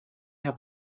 have